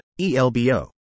ELBO